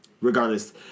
Regardless